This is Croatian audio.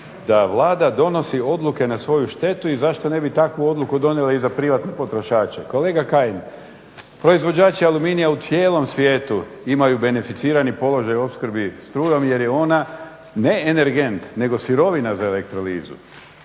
da Vlada donosi odluke na svoju štetu i zašto ne bi takvu odluku donijela i za privatne potrošače. Kolega Kajin, proizvođači aluminija u cijelom svijetu imaju beneficirani položaj u opskrbi strujom jer je ona ne energent nego sirovina za elektrolizu.